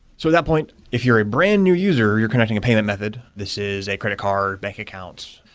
so that point, if you're a brand new user, you're connecting a payment method. this is a credit card, bank account,